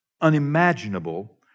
unimaginable